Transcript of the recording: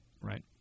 Right